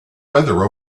weather